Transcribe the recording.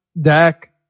Dak